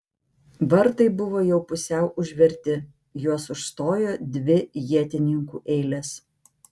vartai buvo jau pusiau užverti juos užstojo dvi ietininkų eilės